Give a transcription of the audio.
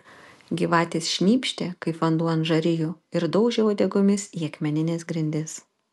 gyvatės šnypštė kaip vanduo ant žarijų ir daužė uodegomis į akmenines grindis